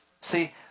See